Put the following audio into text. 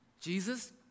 Jesus